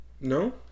No